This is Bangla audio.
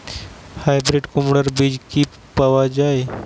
হাইব্রিড কুমড়ার বীজ কি পাওয়া য়ায়?